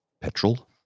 petrol